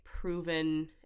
proven